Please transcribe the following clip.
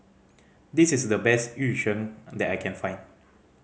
this is the best Yu Sheng that I can find